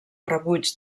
rebuig